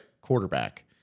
quarterback